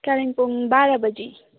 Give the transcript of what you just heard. कालिम्पोङ बाह्र बजी